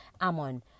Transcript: Ammon